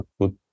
good